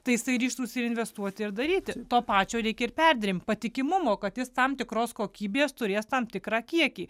tai jisai ryžtųsi investuoti ir daryti to pačio reikia ir perdirbėjam patikimumo kad jis tam tikros kokybės turės tam tikrą kiekį